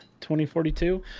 2042